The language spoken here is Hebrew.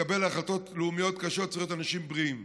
כדי לקבל החלטות לאומיות קשות צריך להיות אנשים בריאים,